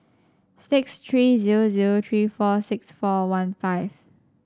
six three zero zero three four six four one five